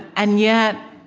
and yet,